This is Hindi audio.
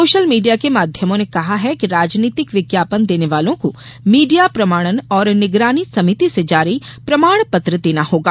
सोशल मीडिया के माध्यमों ने कहा है कि राजनीतिक विज्ञापन देने वालों को मीडिया प्रमाणन और निगरानी समिति से जारी प्रमाण पत्र देना होगा